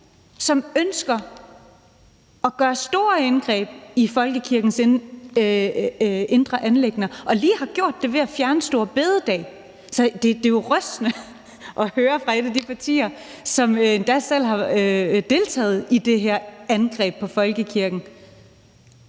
som ønsker at foretage store indgreb i folkekirkens indre anliggender og lige har gjort det ved at fjerne store bededag. Så det er jo rystende at høre fra et af de partier, som endda selv har deltaget i det her angreb på folkekirken,